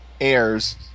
airs